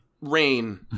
Rain